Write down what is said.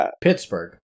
Pittsburgh